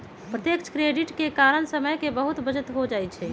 प्रत्यक्ष क्रेडिट के कारण समय के बहुते बचत हो जाइ छइ